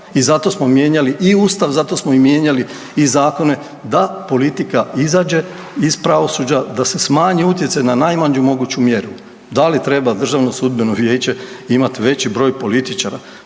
i zato smo mijenjali i Ustav, zato smo i mijenjali i zakone, da politika izađe iz pravosuđa, da se smanji utjecaj na najmanju moguću mjeru. Da li treba DSV imati veći broj političara?